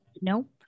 nope